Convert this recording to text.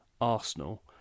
Arsenal